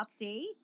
update